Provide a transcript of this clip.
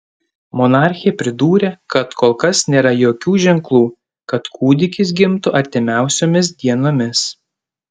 monarchė pridūrė kad kol kas nėra jokių ženklų kad kūdikis gimtų artimiausiomis dienomis